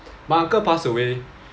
my uncle passed away